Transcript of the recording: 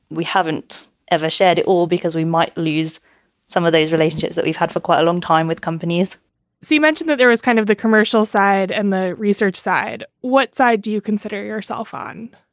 we haven't evershed it all because we might lose some of those relationships that we've had for quite a long time with companies so you mentioned that there is kind of the commercial side and the research side. what side do you consider yourself on?